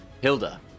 Hilda